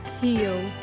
heal